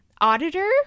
Auditor